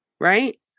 Right